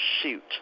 Shoot